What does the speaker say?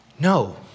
No